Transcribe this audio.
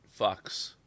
fucks